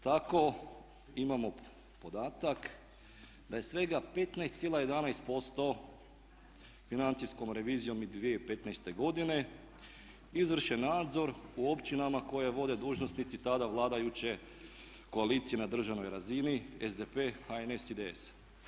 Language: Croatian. Tako imamo podatak da je svega 15,11% financijskom revizijom i 2015.godine izvršen nadzor u općinama koje vode dužnosnici tada vladajuće koalicije na državnoj razini SDP, HNS, IDS.